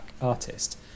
artist